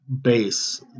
base